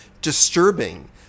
disturbing